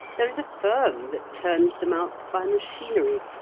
there is a firm that turns them out by machinery.